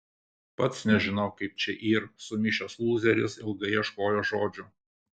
pats nežinau kaip čia yr sumišęs lūzeris ilgai ieškojo žodžių